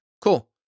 cool